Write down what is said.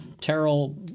Terrell